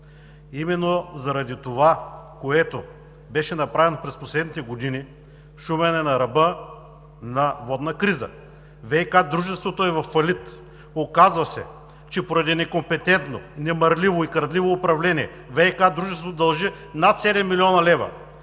Именно заради това, което беше направено през последните години, Шумен е на ръба на водна криза. ВиК дружеството е във фалит. Оказва се, че поради некомпетентно, немарливо и крадливо управление ВиК дружеството дължи над 7 млн. лв.